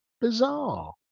bizarre